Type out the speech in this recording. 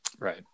Right